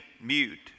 mute